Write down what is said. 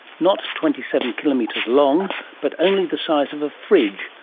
not twenty seven kilometres long but only the size of a fridge,